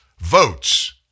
Votes